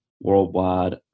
worldwide